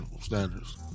standards